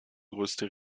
größte